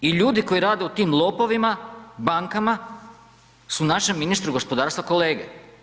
I ljudi koji rade u tim lopovima bankama su našem ministru gospodarstva kolege.